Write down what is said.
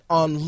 on